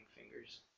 fingers